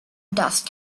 dust